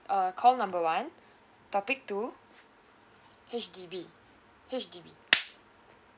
uh call number one topic two H_D_B H_D_B